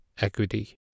Equity